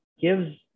gives